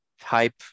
type